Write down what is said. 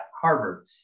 Harvard